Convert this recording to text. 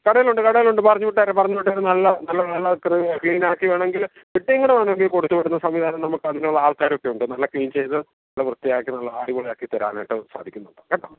കടയിലുണ്ട് കടയിലുണ്ട് പറഞ്ഞുവിട്ടേര് പറഞ്ഞുവിട്ടേര് നല്ല നല്ല ക്ലീനാക്കി വേണമെങ്കില് വേണെങ്കി കൊടുത്തുവിടുന്ന സംവിധാനം നമുക്കിതിനുള്ള ആൾക്കാരുമൊക്കെ ഉണ്ട് നല്ല ക്ലീൻ ചെയ്ത് നല്ല വൃത്തിയാക്കി നല്ല അടിപൊളിയാക്കിത്തരാനായ്ട്ട് സാധിക്കുന്നുണ്ട് കേട്ടോ